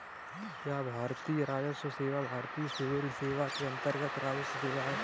क्या भारतीय राजस्व सेवा भारतीय सिविल सेवा के अन्तर्गत्त राजस्व सेवा है?